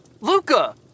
Luca